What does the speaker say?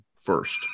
first